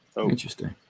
Interesting